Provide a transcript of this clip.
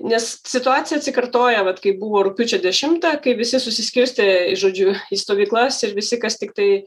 nes situacija atsikartoja vat kaip buvo rugpjūčio dešimtą kai visi susiskirstė į žodžiu į stovyklas ir visi kas tiktai